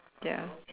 ya